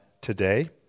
today